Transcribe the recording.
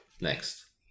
next